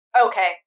okay